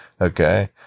okay